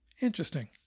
Interesting